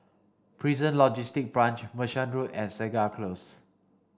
Prison Logistic Branch Merchant Road and Segar Close